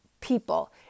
people